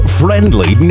friendly